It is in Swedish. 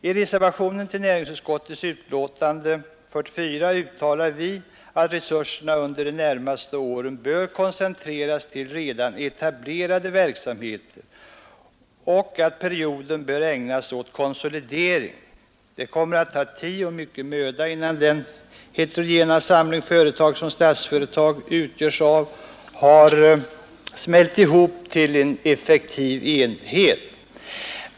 I reservationen till näringsutskottets betänkande nr 44 uttalar vi att resurserna under de närmaste åren bör koncentreras till redan etablerade verksamheter och att perioden bör ägnas åt konsolidering. Det kommer att ta tid och mycken möda innan den heterogena samling företag som Statsföretag utgörs av har smält ihop till en effektiv enhet.